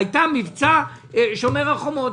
שהיה מבצע שומר החומות.